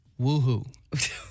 Woohoo